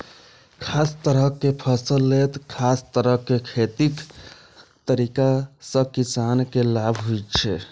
खास तरहक फसल लेल खास तरह खेतीक तरीका सं किसान के लाभ होइ छै